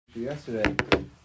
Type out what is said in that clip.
Yesterday